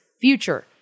future